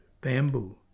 bamboo